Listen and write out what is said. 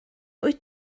wyt